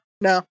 no